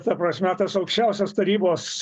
ta prasme tas aukščiausios tarybos